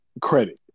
credit